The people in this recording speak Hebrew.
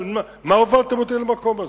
מה הובלתם אותי למקום הזה?